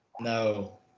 No